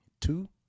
two